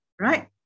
right